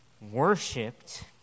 Worshipped